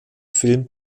film